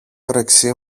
όρεξη